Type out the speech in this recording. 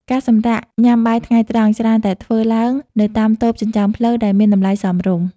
ការសម្រាកញ៉ាំបាយថ្ងៃត្រង់ ច្រើនតែធ្វើឡើងនៅតាមតូបចិញ្ចើមផ្លូវដែលមានតម្លៃសមរម្យ។